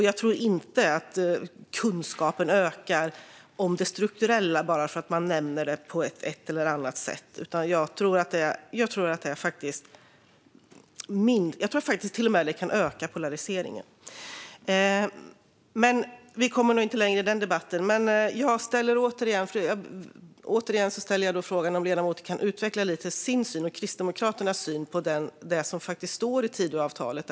Jag tror inte heller att kunskapen ökar om det strukturella bara för att man nämner det på ett eller annat sätt; jag tror faktiskt att det till och med kan öka polariseringen. Vi kommer nog inte längre i den debatten, men jag vill återigen ställa frågan om ledamoten kan utveckla sin och Kristdemokraternas syn på det som står i Tidöavtalet.